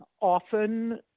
often